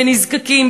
בנזקקים,